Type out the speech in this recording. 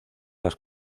las